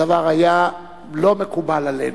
הדבר היה לא מקובל עלינו,